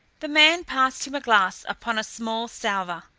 the man passed him a glass upon a small salver.